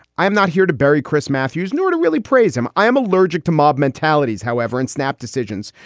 i'm not here to bury chris matthews nor to really praise him. i am allergic to mob mentalities, however, in snap decisions.